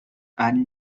anne